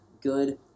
good